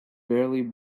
barely